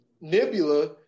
Nebula